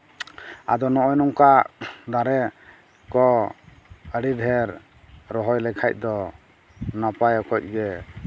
ᱟᱫᱚ ᱱᱚᱜᱼᱚᱭ ᱱᱚᱝᱠᱟ ᱫᱟᱨᱮ ᱠᱚ ᱟᱹᱰᱤ ᱰᱷᱮᱨ ᱨᱚᱦᱚᱭ ᱞᱮᱠᱷᱟᱡᱽ ᱫᱚ ᱱᱟᱯᱟᱭ ᱚᱠᱚᱡᱽᱜᱮ